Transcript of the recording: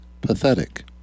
pathetic